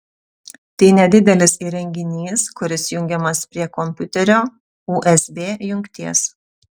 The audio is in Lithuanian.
tai nedidelis įrenginys kuris jungiamas prie kompiuterio usb jungties